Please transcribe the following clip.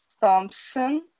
Thompson